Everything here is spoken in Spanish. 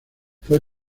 fue